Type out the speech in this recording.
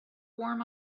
warm